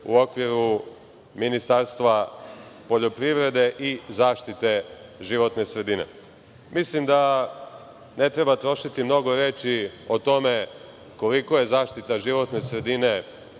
u okviru Ministarstva poljoprivrede i zaštite životne sredine. Mislim da ne treba trošiti mnogo reči o tome koliko je zaštita životne sredine